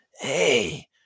Hey